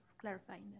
clarifying